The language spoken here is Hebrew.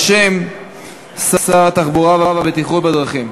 בשם שר התחבורה והבטיחות בדרכים.